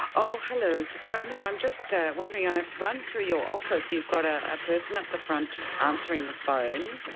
oh, hello, tupow. no i'm just wondering, i rang through your office you've got ah a person at the front answering the phone,